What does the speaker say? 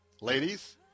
Ladies